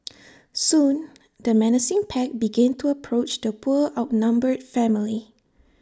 soon the menacing pack began to approach the poor outnumbered family